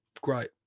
great